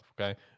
okay